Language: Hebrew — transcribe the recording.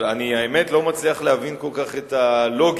אבל אני, האמת, לא מצליח להבין כל כך את הלוגיקה,